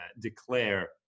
declare